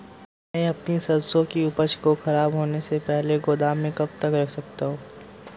मैं अपनी सरसों की उपज को खराब होने से पहले गोदाम में कब तक रख सकता हूँ?